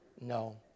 no